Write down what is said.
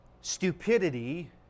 stupidity